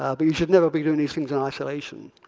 ah but you should never be doing these things in isolation.